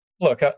Look